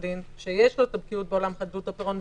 דין שיש לו את הבקיאות בעולם חדלות הפירעון,